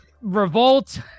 revolt